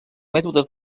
mètodes